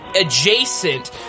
adjacent